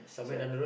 is like